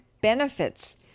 benefits